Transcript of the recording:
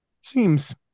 Seems